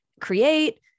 create